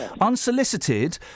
Unsolicited